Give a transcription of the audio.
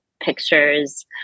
pictures